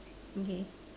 okay